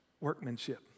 workmanship